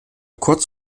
kurz